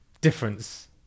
Difference